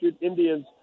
Indians